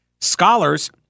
scholars